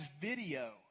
video